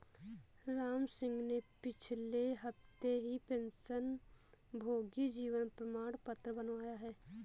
रामसिंह ने पिछले हफ्ते ही पेंशनभोगी जीवन प्रमाण पत्र बनवाया है